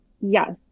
Yes